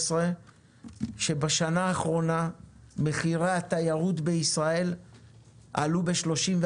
שבשנה האחרונה מחירי התיירות בישראל עלו ב-40%-30%.